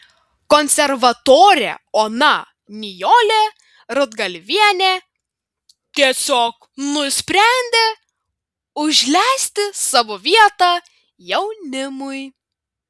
konservatorė ona nijolė rudgalvienė tiesiog nusprendė užleisti savo vietą jaunimui